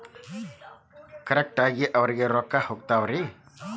Correct ಆಗಿ ಅವರಿಗೆ ರೊಕ್ಕ ಹೋಗ್ತಾವೇನ್ರಿ?